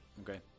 Okay